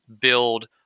build